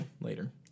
later